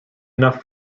enough